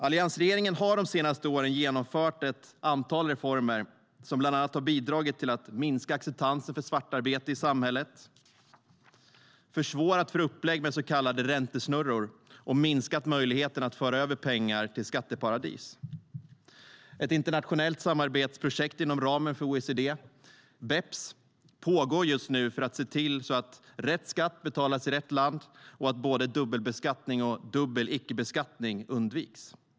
Alliansregeringen har de senaste åren genomfört ett antal reformer som bland annat har bidragit till att minska acceptansen för svartarbete i samhället, försvårat för upplägg med så kallade räntesnurror och minskat möjligheten att föra över pengar till skatteparadis. Ett internationellt samarbetsprojekt inom ramen för OECD, Beps, pågår just nu för att se till att rätt skatt betalas i rätt land och att både dubbelbeskattning och dubbel-ickebeskattning undviks.